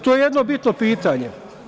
To je jedno bitno pitanje.